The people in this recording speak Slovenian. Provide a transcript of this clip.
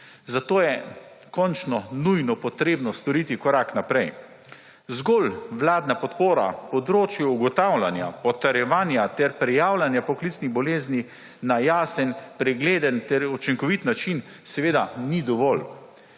Zato je končno nujno potrebno storiti korak naprej. Zgolj vladna podpora področju ugotavljanja, potrjevanja ter prijavljanja poklicnih bolezni na jasen, pregleden ter učinkovit način ni dovolj,